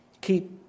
keep